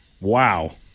Wow